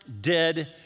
dead